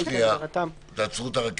שנייה, תעצרו את הרכבת.